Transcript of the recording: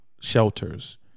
shelters